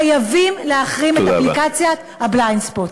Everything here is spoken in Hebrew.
חייבים להחרים את אפליקציית ה-Blindspot.